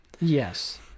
Yes